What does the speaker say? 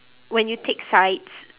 when you take sides